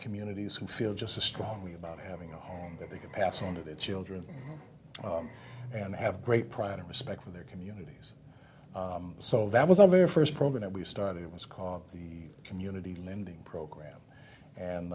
communities who feel just as strongly about having a home that they can pass on to their children and have great pride and respect for their communities so that was our very first program we started it was called the community lending program and